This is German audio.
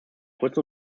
kurzen